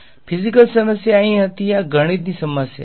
physical સમસ્યા અહીં હતી આ ગણિતની સમસ્યા છે